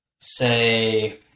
say